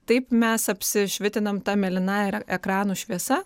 taip mes apsišvitinam ta mėlynąja i ekranų šviesa